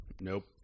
Nope